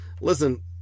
Listen